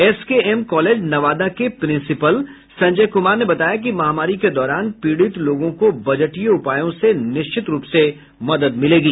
SKM college Nawada के principal Sanjay Kumar ने बताया कि महामारी के दौरान पीड़ित लोगों को बजटीय उपायों से निश्चित रूप से मदद मिलेगी